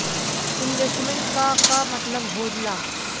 Investment क का मतलब हो ला?